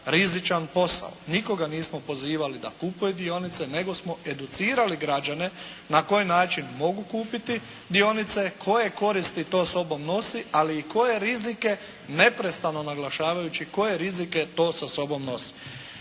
rizičan posao. Nikoga nismo pozivali da kupuje dionice, nego smo educirali građane na koji način mogu kupiti dionice, koje koristi to sobom nose, ali i koje rizike, neprestano naglašavajući, koje rizike to sa sobom nosi.